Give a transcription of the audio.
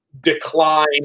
decline